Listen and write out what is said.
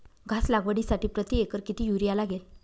घास लागवडीसाठी प्रति एकर किती युरिया लागेल?